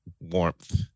warmth